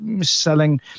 selling –